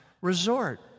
resort